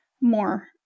more